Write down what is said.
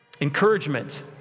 Encouragement